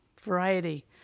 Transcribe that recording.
variety